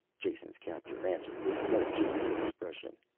jason's captor answered with no change of expression.